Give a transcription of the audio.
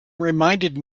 reminded